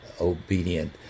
obedient